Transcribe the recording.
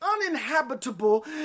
uninhabitable